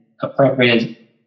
appropriate